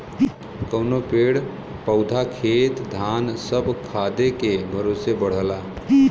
कउनो पेड़ पउधा खेत धान सब खादे के भरोसे बढ़ला